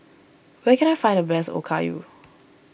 where can I find the best Okayu